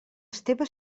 esteve